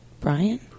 Brian